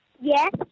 Yes